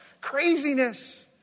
Craziness